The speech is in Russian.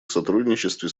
сотрудничестве